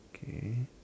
okay